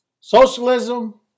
Socialism